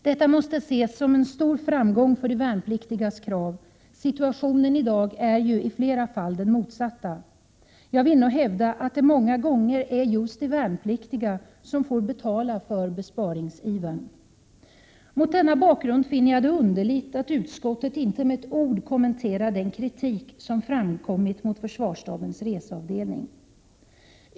Detta måste ses som en stor framgång för de värnpliktigas krav — situationen är i dag i flera fall den motsatta. Jag vill nog hävda att det många gånger är just de värnpliktiga som får ”betala” för besparingsivern. Mot denna bakgrund finner jag det underligt att utskottet inte med ett ord kommenterar den kritik som framkommit mot försvarsstabens reseavdelning.